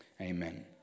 Amen